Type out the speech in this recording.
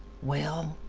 well,